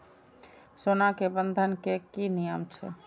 सोना के बंधन के कि नियम छै?